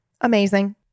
Amazing